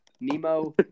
Nemo